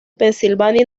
pensilvania